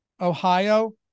Ohio